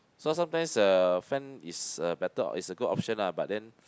so sometimes the fan is a better it's a good option lah but then